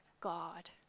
God